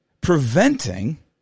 preventing